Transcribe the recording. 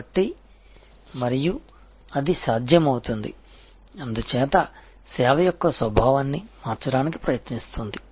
కాబట్టి మరియు అది సాధ్యమవుతుంది అందుచేత సేవ యొక్క స్వభావాన్ని మార్చడానికి ప్రయతింస్తుంది